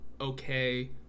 okay